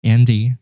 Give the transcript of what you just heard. Andy